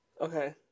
okay